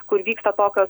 kur vyksta tokio